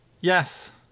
Yes